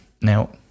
now